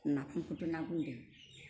नाफामखोथ' ना गुनदै